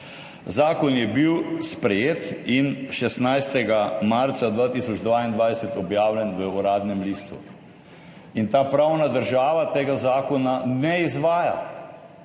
Zakon je bil sprejet in 16. marca 2022 objavljen v Uradnem listu in ta pravna država tega zakona ne izvaja.